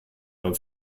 beim